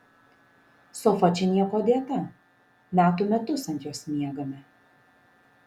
sofa čia niekuo dėta metų metus ant jos miegame